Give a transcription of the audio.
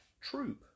troop